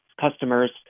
customers